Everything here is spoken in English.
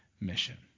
mission